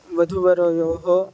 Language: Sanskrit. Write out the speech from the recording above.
वधूवरयोः